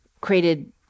created